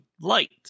light